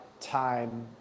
time